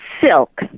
silk